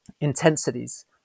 intensities